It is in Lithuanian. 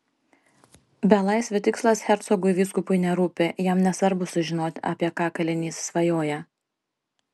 belaisvio tikslas hercogui vyskupui nerūpi jam nesvarbu sužinoti apie ką kalinys svajoja